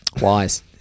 Wise